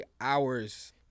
hours